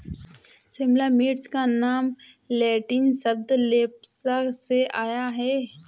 शिमला मिर्च का नाम लैटिन शब्द लेप्सा से आया है